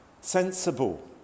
sensible